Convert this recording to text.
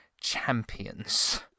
champions